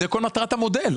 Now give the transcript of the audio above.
זאת כל מטרת המודל.